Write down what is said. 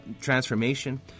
transformation